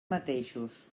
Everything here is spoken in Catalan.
mateixos